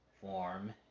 form